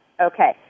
Okay